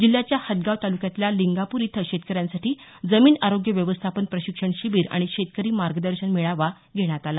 जिल्ह्याच्या हदगाव तालुक्यातल्या लिंगापूर इथं शेतकऱ्यांसाठी जमीन आरोग्य व्यवस्थापन प्रशिक्षण शिबीर आणि शेतकरी मार्गदर्शन मेळावा घेण्यात आला